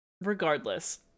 Regardless